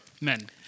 men